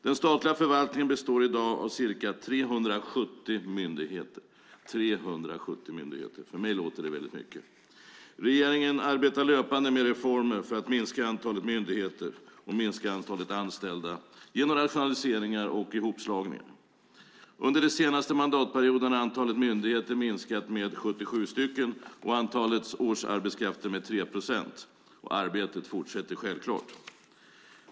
Den statliga förvaltningen består i dag av ca 370 myndigheter! För mig låter det väldigt mycket. Regeringen arbetar löpande med reformer för att minska antalet myndigheter och antalet anställda genom rationaliseringar och hopslagningar. Under den senaste mandatperioden har antalet myndigheter minskat med 77 stycken och antalet årsarbetskrafter med 3 procent, och arbetet fortsätter självklart.